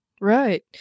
Right